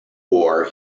war